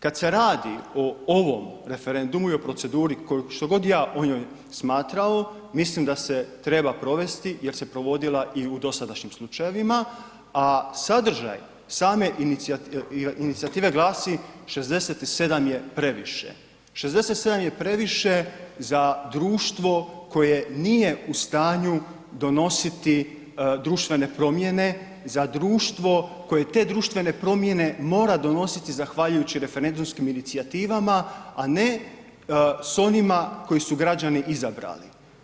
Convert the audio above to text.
Kad se radi o ovom referendumu i o proceduri što god ja o njoj smatrao mislim da se treba provesti jer se provodila i u dosadašnjim slučajevima, a sadržaj same inicijative glasi 67 je previše, 67 je previše za društvo koje nije u stanju donositi društvene promjene, za društvo koje te društvene promjene mora donositi zahvaljujući referendumskim inicijativama, a ne s onima koje su građani izabrali.